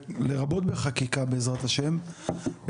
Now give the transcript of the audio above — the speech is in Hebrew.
לרבות בחקיקה בעזרת השם,